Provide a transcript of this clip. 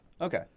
Okay